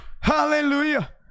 hallelujah